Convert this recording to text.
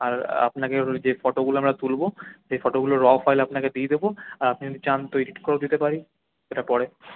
আর আপনাকে যে ফটোগুলো আমরা তুলবো যে ফটোগুলোর র্য ফাইল আপনাকে দিয়ে দেবো আপনি যদি চান তো এডিট করেও দিতে পারি সেটা পরে